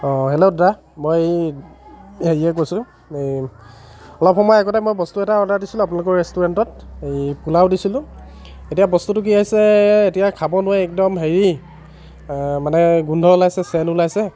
hello দাদা মই হেৰিয়ে কৈছোঁ এই অলপ সময় আগতে মই বস্তু এটা অৰ্ডাৰ দিছিলোঁ আপোনালোকৰ ৰেষ্টুৰেণ্টত এই পোলাও দিছিলোঁ এতিয়া বস্তুটো কি হৈছে এতিয়া খাব নোৱাৰি একদম হেৰি মানে গোন্ধ ওলাইছে চেণ্ট ওলাইছে